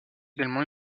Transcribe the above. également